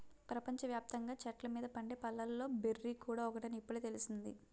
ప్రపంచ వ్యాప్తంగా చెట్ల మీద పండే పళ్ళలో బెర్రీ కూడా ఒకటని ఇప్పుడే తెలిసింది